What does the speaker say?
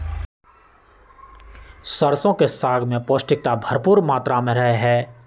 सरसों के साग में पौष्टिकता भरपुर मात्रा में रहा हई